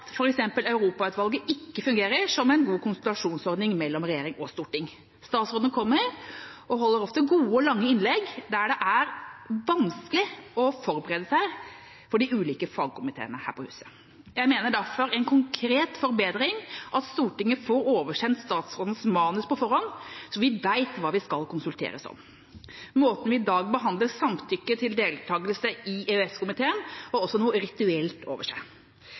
f.eks. Europautvalget ikke fungerer som en god konsultasjonsordning mellom regjering og storting. Statsrådene kommer og holder ofte gode og lange innlegg, men det er vanskelig å forberede seg for de ulike fagkomiteene her på huset. Jeg mener derfor en konkret forbedring er at Stortinget får oversendt statsrådens manus på forhånd, så vi vet hva vi skal konsulteres om. Måten vi i dag behandler samtykke til deltakelse i EØS-komiteen på, har også noe rituelt over seg.